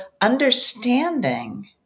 understanding